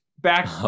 back